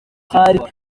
hari